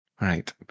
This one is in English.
right